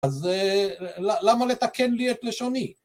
אז למה לתקן לי את לשוני?